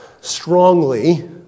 strongly